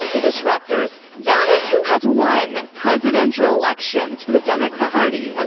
the disrupters. that is who has won the presidential elections for the democrat party. okay.